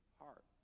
heart